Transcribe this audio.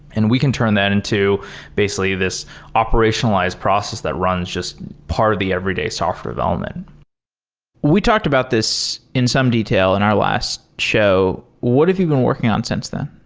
and we can turn that into basically this operationalized process that runs. it's just part of the everyday software development we talked about this in some detail in our last show. what have you been working on since then?